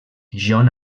john